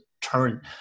turn